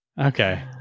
Okay